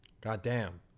Goddamn